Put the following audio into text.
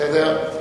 בסדר,